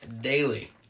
daily